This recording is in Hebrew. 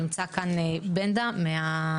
נמצא כאן בנדה טויטו,